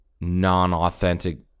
non-authentic